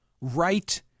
right